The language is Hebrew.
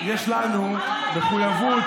בעלי אטרקציות,